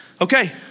okay